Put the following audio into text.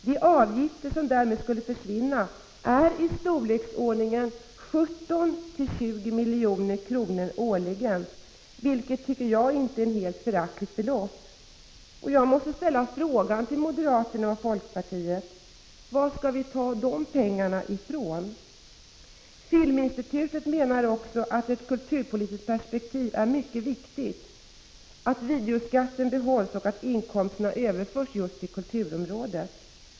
De avgifter som därmed skulle försvinna är i storleksordningen 17-20 milj.kr. årligen, vilket enligt min mening inte är ett föraktligt belopp. Jag måste ställa frågan till moderaterna och folkpartiet: Var skall vi i så fall ta de pengarna? Filminstitutet menar också att det i ett kulturpolitiskt perspektiv är viktigt att videoskatten behålls och att inkomsterna överförs till kulturområdet.